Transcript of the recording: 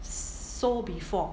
sold before